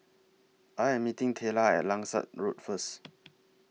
I Am meeting Tayla At Langsat Road First